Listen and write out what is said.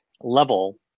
level